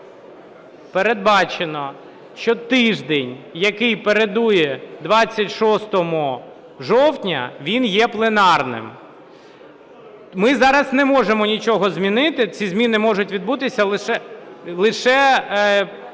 передбачено, що тиждень, який передує 26 жовтня, він є пленарним. Ми зараз не можемо нічого змінити, ці зміни можуть відбутися лише по